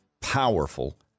powerful